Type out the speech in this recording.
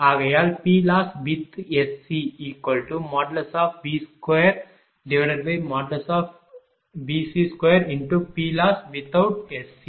ஆகையால் PLosswith SCV2Vc2×PLosswithout SC